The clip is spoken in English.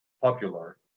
popular